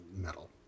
metal